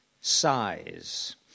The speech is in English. size